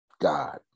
God